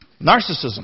Narcissism